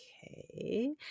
okay